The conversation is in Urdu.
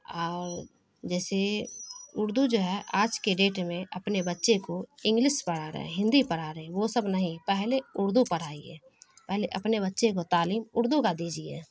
اور جیسے اردو جو ہے آج کے ڈیٹ میں اپنے بچے کو انگلش پڑھا رہے ہیں ہندی پڑھا رہے ہیں وہ سب نہیں پہلے اردو پڑھائیے پہلے اپنے بچے کو تعلیم اردو کا دیجیے